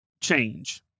change